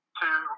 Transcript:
two